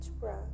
breath